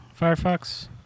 Firefox